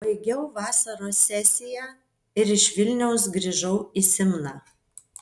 baigiau vasaros sesiją ir iš vilniaus grįžau į simną